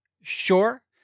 Sure